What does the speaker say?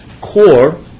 core